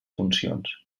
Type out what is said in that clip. funcions